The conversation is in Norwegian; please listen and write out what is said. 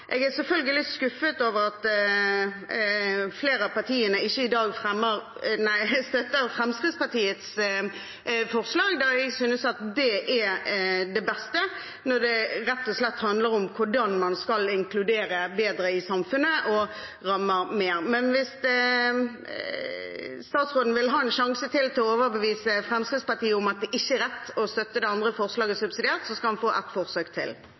Jeg er selvfølgelig skuffet over at flere av partiene i dag ikke støtter Fremskrittspartiets forslag, da jeg synes at det er det beste når det rett og slett handler om hvordan man skal inkludere flere bedre i samfunnet. Men hvis statsråden vil ha en sjanse til til å overbevise Fremskrittspartiet om at det ikke er rett å støtte det andre forslaget subsidiært, skal han få ett forsøk til.